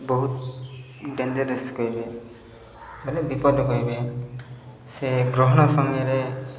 ବହୁତ ଡେଞ୍ଜେରସ୍ କହିଲେ ମାନେ ବିପଦ କହିବେ ସେ ଗ୍ରହଣ ସମୟରେ